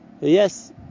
yes